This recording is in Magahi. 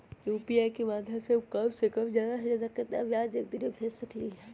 यू.पी.आई के माध्यम से हम कम से कम और ज्यादा से ज्यादा केतना पैसा एक दिन में भेज सकलियै ह?